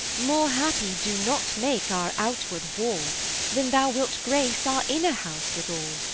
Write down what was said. more happy do not make our outward wall than thou wilt grace our inner house withal.